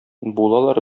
булалар